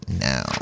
now